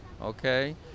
okay